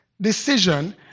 decision